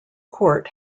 court